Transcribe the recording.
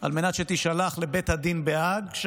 על מנת שתישלח לבית הדין בהאג,